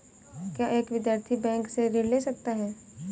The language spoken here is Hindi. क्या एक विद्यार्थी बैंक से ऋण ले सकता है?